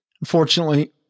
Unfortunately